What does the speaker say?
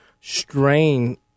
strain